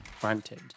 granted